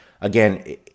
again